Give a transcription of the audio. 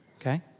okay